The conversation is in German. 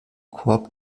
korb